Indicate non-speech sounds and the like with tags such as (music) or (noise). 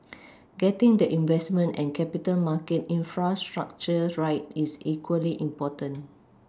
(noise) getting the investment and capital market infrastructure right is equally important